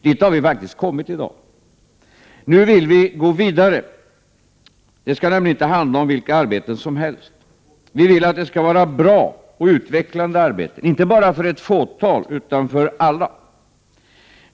Dit har vi faktiskt kommit i dag. Nu vill vi gå vidare. Det skall nämligen inte handla om vilka arbeten som helst. Vi vill att det skall vara bra och utvecklande arbeten — inte bara för ett fåtal utan för alla.